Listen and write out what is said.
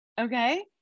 okay